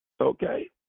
Okay